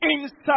inside